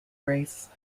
race